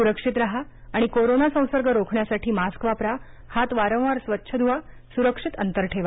सुरक्षित राहा आणि कोरोना संसर्ग रोखण्यासाठी मास्क वापरा हात वारंवार स्वच्छ धुवा सुरक्षित अंतर ठेवा